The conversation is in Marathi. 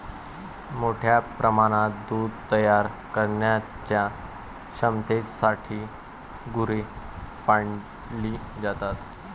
मोठ्या प्रमाणात दूध तयार करण्याच्या क्षमतेसाठी गुरे पाळली जातात